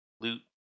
loot